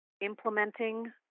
implementing